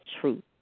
truth